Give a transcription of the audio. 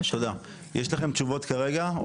תודה, יש לכם תשובות כרגע?